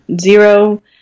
zero